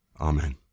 Amen